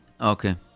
okay